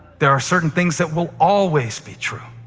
there are certain things that will always be true.